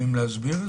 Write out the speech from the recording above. יכולים להסביר לי?